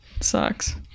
Sucks